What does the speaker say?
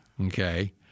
Okay